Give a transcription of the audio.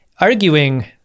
arguing